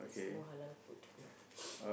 no halal food no